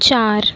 चार